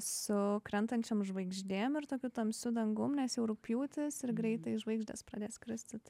su krintančiom žvaigždėm ir tokiu tamsiu dangumi nes jau rugpjūtis ir greitai žvaigždės pradės kristi tai